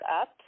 up